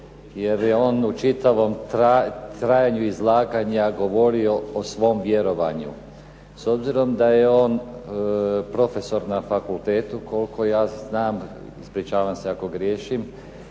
jer je on u čitavom trajanja izlaganja govorio o svom vjerovanju. S obzirom da je on profesor na fakultetu, koliko ja znam, ispričavam se ako griješim,